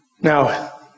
Now